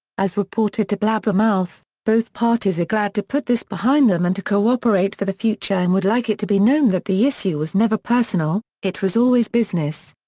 as reported to blabbermouth, both parties are glad to put this behind them and to cooperate for the future and would like it to be known that the issue was never personal, it was always business.